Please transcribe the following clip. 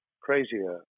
crazier